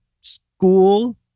school